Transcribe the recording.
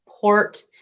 port